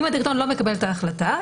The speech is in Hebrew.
אם הדירקטוריון לא מקבל את ההחלטה,